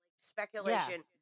speculation